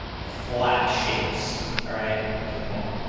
flat shapes, alright, for the ball.